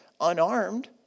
unarmed